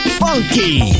funky